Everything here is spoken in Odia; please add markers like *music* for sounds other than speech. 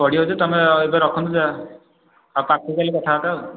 ପଡ଼ିବ ଯେ ତମେ ଏବେ ରଖନ୍ତୁ *unintelligible* ଆଉ ପାଖକୁ ଗଲେ କଥାବାର୍ତ୍ତା ଆଉ